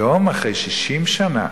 היום, אחרי 60 שנה,